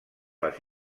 les